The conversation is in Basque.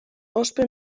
ospe